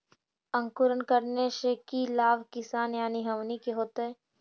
अंकुरण करने से की लाभ किसान यानी हमनि के होतय?